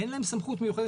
אין להם סמכות מיוחדת,